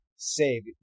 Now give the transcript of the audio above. Save